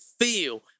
feel